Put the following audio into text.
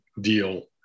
deal